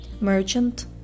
merchant